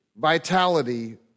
vitality